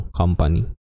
company